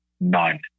none